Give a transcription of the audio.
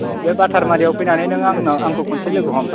औ बै बातारमातियाव फैनानै नों आंना आंखौ खनसे लोगो हम